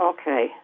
okay